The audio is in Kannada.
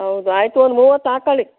ಹೌದ ಆಯಿತು ಒಂದು ಮೂವತ್ತು ಹಾಕ್ಕೊಳಿ